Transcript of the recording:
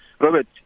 Robert